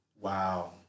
Wow